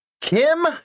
Kim